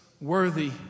worthy